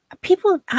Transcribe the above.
People